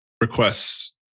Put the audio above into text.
requests